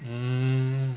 mm